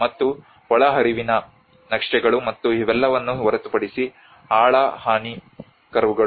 ಮತ್ತು ಒಳಹರಿವಿನ ನಕ್ಷೆಗಳು ಮತ್ತು ಇವೆಲ್ಲವನ್ನೂ ಹೊರತುಪಡಿಸಿ ಆಳ ಹಾನಿ ಕರ್ವ್ಗಳು